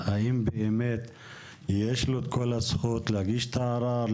האם באמת יש לו את כל הזכות להגיש את הערר,